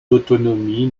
d’autonomie